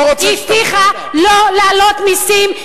היא הבטיחה לא להעלות מסים,